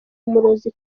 umurozi